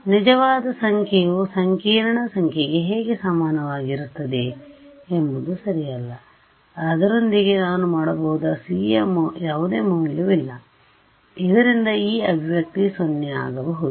ನಿಜವಾದ ಸಂಖ್ಯೆಯು ಸಂಕೀರ್ಣ ಸಂಖ್ಯೆಗೆ ಹೇಗೆ ಸಮನಾಗಿರುತ್ತದೆ ಎಂಬುದು ಸರಿಯಲ್ಲ ಅದರೊಂದಿಗೆ ನಾನು ಆಡಬಹುದಾದ c ಯ ಯಾವುದೇ ಮೌಲ್ಯವಿಲ್ಲ ಇದರಿಂದ ಈ ಅಭಿವ್ಯಕ್ತಿ 0 ಆಗಬಹುದು